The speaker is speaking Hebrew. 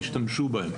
השתמשו בהן,